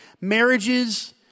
Marriages